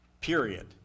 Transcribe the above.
period